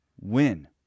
win